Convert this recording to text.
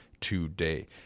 today